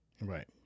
Right